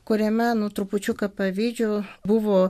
kuriame nu trupučiuką pavydžiu buvo